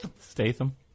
Statham